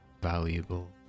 valuable